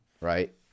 right